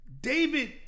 David